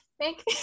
Thank